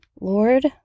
Lord